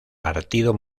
partido